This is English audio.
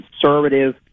conservative